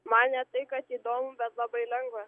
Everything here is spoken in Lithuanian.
man ne tai kad įdomu bet labai lengva